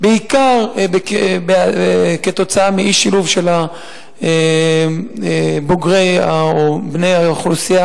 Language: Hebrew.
בעיקר כתוצאה מאי-שילוב של בני האוכלוסייה